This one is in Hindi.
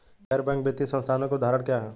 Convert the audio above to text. गैर बैंक वित्तीय संस्थानों के उदाहरण क्या हैं?